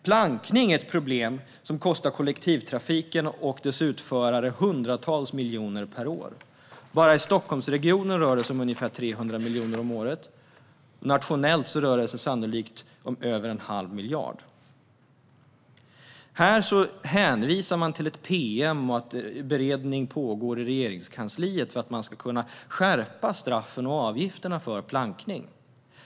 Plankning är ett problem som kostar kollektivtrafiken och dess utförare hundratals miljoner per år. Bara i Stockholmsregionen rör det sig om ungefär 300 miljoner om året. Nationellt rör det sig sannolikt om över en halv miljard. Här hänvisar man till ett pm och att beredning pågår i Regeringskansliet för att kunna skärpa straffen och höja avgifterna för plankning.